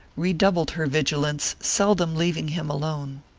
redoubled her vigilance, seldom leaving him alone.